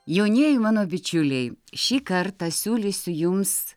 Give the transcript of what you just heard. jaunieji mano bičiuliai šį kartą siūlysiu jums